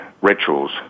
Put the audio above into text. rituals